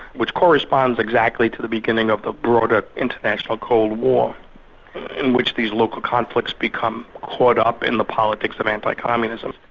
which corresponds exactly to the beginning of the broader international cold war in which these local conflicts become caught up in the politics of anti-communism.